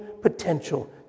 potential